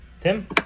Tim